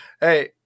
hey